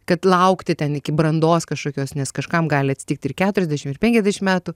kad laukti ten iki brandos kažkokios nes kažkam gali atsitikt ir keturiasdešim ir penkiasdešim metų